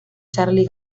charly